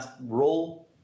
role